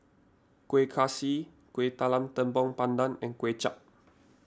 Kueh Kaswi Kuih Talam Tepong Pandan and Kuay Chap